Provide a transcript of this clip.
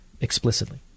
explicitly